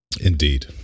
Indeed